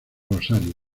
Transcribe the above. rosario